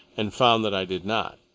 and found that i did not.